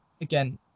again